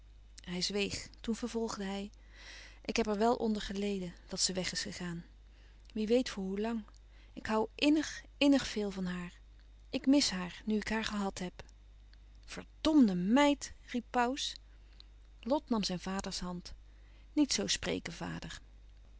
hij zweeg toen vervolgde hij ik heb er wel onder geleden dat ze weg is gegaan wie weet voor hoe lang ik hoû innig innig veel van haar ik mis haar nu ik haar gehad heb verdmde meid riep pauws lot nam zijn vaders hand niet zoo spreken vader